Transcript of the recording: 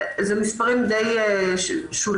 אלה מספרים די שוליים,